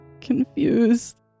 confused